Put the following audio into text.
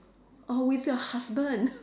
or with your husband